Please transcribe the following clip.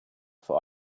vor